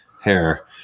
hair